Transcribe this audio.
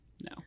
no